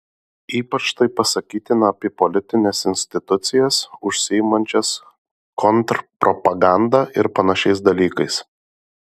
ypač tai pasakytina apie politines institucijas užsiimančias kontrpropaganda ir panašiais dalykais